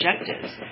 objectives